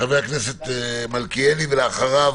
חבר הכנסת מלכיאלי ולאחריו,